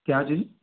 क्या चीज़